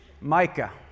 Micah